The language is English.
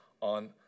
on